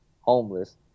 homeless